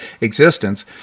existence